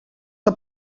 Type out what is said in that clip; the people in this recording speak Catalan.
que